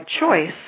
choice